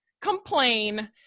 complain